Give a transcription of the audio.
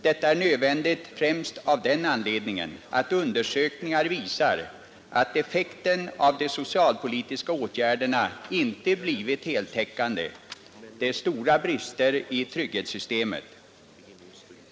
Detta är nödvändigt främst av den anledningen att undersökningar visar att effekten av de socialpolitiska åtgärderna inte blivit heltäckande; det är stora brister i trygghetssystemet.